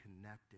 connected